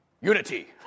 Unity